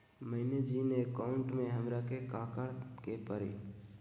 मैंने जिन अकाउंट में हमरा के काकड़ के परी?